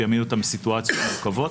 ויעמיד אותם בסיטואציות מורכבות,